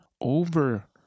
over